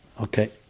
Okay